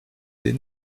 des